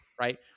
Right